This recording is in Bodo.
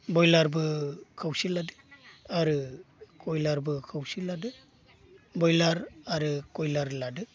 बयलारबो खावसे लादों आरो खयलारबो खावसे लादों बयलार आरो खयलार लादों